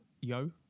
yo